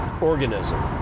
organism